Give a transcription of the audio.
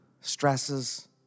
stresses